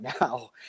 now